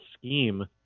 scheme